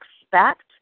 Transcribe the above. expect